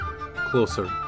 closer